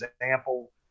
example